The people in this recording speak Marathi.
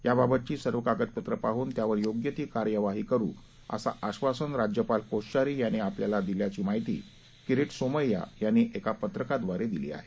याबाबतची सर्व कागदपत्रे पाहून त्यावर योग्य ती कार्यवाही करू असं आश्वासन राज्यपाल कोश्यारी यांनी दिल्याची माहिती किरीट सोमैया यांनी एका पत्रकाद्वारे दिली आहे